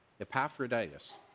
Epaphroditus